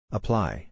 Apply